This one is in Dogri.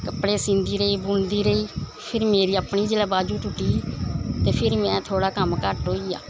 कपड़े सींदी रेही बुनदी रेही फिर मेरी अपनी जिसलै बाजू टुट्टी ते फिर में थोह्ड़ा कम्म घट्ट होई गेआ